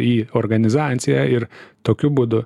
į organizaciją ir tokiu būdu